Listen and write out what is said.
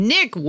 Nick